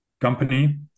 company